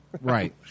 Right